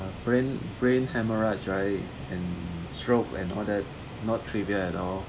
brain brain hemorrhage right and stroke and all that not trivial at all